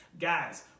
guys